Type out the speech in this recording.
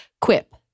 Quip